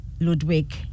Ludwig